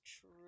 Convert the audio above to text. true